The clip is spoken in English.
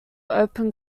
open